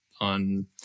on